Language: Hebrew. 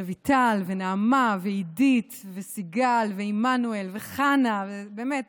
רויטל ונעמה ועידית וסיגל ועמנואל וחנה הם רק